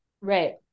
right